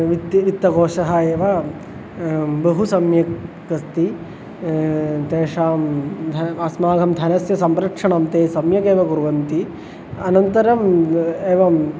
वित्ति वित्तकोषः एव बहु सम्यक् अस्ति तेषां धनम् अस्माकं धनस्य संरक्षणं ते सम्यकेव कुर्वन्ति अनन्तरम् एवम्